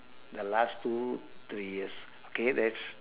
the last two three years okay that's